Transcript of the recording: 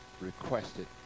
requested